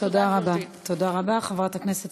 תודה, גברתי.